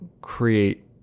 create